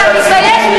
שאתה מתבייש להיות